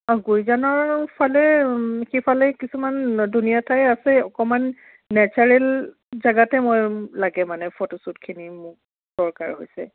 গুঁইজানৰ ফালে সেইফালে কিছুমান ধুনীয়া ঠাই আছে অকণমান নেচাৰেল জেগাতে মই লাগে মানে ফটোশ্বুটখিনি মোক দৰকাৰ হৈছে